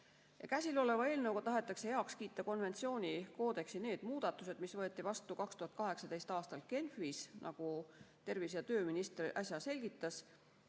eelnõuga tahetakse heaks kiita konventsiooni koodeksi need muudatused, mis võeti vastu 2018. aastal Genfis. Nii nagu tervise- ja tööminister äsja selgitas,